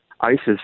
ISIS